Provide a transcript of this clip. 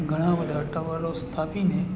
ઘણાબધા ટાવરો સ્થાપીને